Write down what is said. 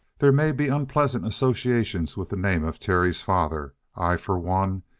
there may be unpleasant associations with the name of terry's father. i, for one,